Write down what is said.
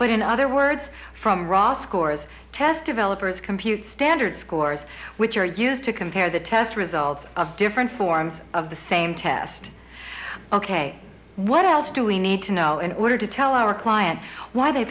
but in other words from raw scores test developers compute standard scores which are used to compare the test results of different forms of the same test ok what else do we need to know in order to tell our client why they